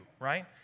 right